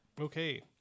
Okay